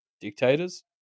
dictators